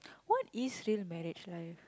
what is your marriage life